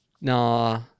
Nah